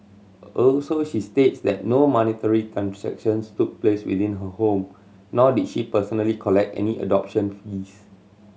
also she states that no monetary transactions took place within her home nor did she personally collect any adoption fees